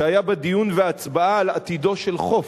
היו בה דיון והצבעה על עתידו של חוף?